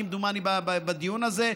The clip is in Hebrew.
כמדומני בדיון הזה,